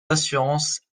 d’assurances